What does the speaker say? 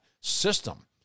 system